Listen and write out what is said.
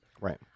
right